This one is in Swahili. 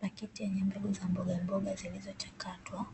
Pakiti yenye mbegu za mbogamboga zilizochakatwa